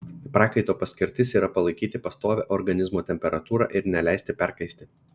prakaito paskirtis yra palaikyti pastovią organizmo temperatūrą ir neleisti perkaisti